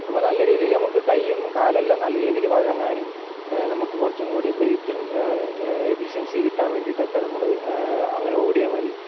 അപ്പോൾ നല്ല രീതിയിൽ നമുക്ക് കൈയ്യും കാലെല്ലാം നല്ല രീതിയിൽ വഴങ്ങാനും നമുക്ക് കുറച്ചും കൂടി ബ്രീതിങ്ങ് എഫിഷെൻസി കിട്ടാൻ വേണ്ടിയിട്ടൊക്കെ നമ്മൾ അങ്ങനെ ഓടിയാൽ മതി